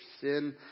sin